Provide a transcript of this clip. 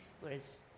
whereas